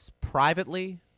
privately